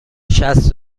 شصت